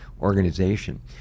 organization